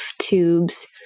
tubes